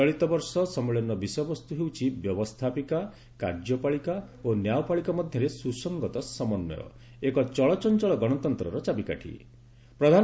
ଚଳିତବର୍ଷ ସମ୍ମିଳନୀର ବିଷୟବସ୍ତୁ ହେଉଛି ବ୍ୟବସ୍ଥାପିକା କାର୍ଯ୍ୟପାଳିକା ଓ ନ୍ୟାୟପାଳିକା ମଧ୍ୟରେ ସୁସଙ୍ଗତ ସମନ୍ୱୟ ଏକ ଚଳଚଞ୍ଚଳ ଗଣତନ୍ତ୍ରର ଚାବିକାଠି